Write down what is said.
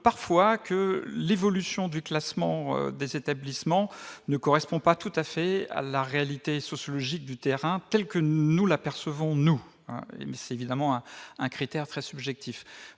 parfois que l'évolution du classement des établissements ne correspond pas tout à fait à la réalité sociologique du terrain, telle que nous la percevons nous c'est évidemment un un critère très subjectif